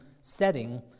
setting